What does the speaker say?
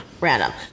random